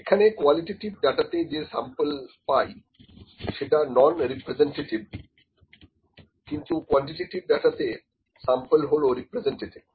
এখানে কোয়ালিটেটিভ ডাটাতে যে স্যাম্পল পাই সেটা নন রিপ্রেজেন্টেটিভ কিন্তু কোয়ান্টিটেটিভ ডাটাতে স্যাম্পল হল রিপ্রেজেন্টেটিভ